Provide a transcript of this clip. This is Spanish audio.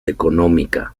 económica